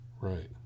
Right